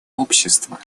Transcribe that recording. общества